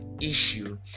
issue